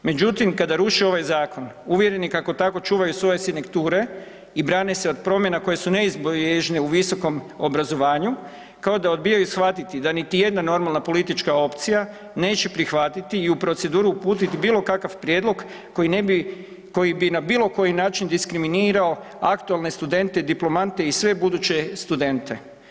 Međutim, kada ruše ovaj zakon uvjereni kako tako čuvaju svoje ... i brane se od promjena koje su neizbježne u visokom obrazovanju, kao da odbijaju shvatiti da niti jedna normalna politička opcija neće prihvatiti i u proceduru uputiti bilo kakav prijedlog koji ne bi, koji bi na bilo koji način diskriminirao aktualne studente, diplomante i sve buduće studente.